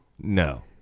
No